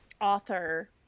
author